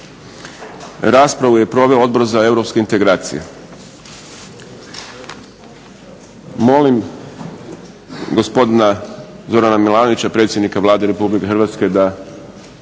Raspravu je proveo Odbor za europske integracije. Molim gospodina Zorana Milanovića, predsjednika Vlade Republike Hrvatske da